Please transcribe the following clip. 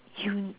you